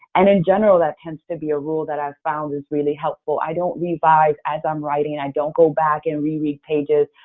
and in general, that tends to be a rule that i found is really helpful. i don't revise as i'm writing. and i don't go back and reread pages.